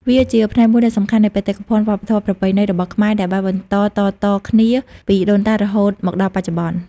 វាជាផ្នែកមួយដ៏សំខាន់នៃបេតិកភណ្ឌវប្បធម៌ប្រពៃណីរបស់ខ្មែរ ដែលបានបន្តតៗគ្នាពីដូនតារហូតមកដល់បច្ចុប្បន្ន។